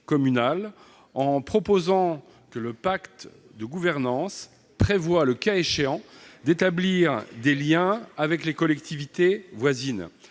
en disposant que le pacte de gouvernance prévoie, le cas échéant, l'établissement de liens avec les collectivités voisines.